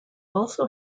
also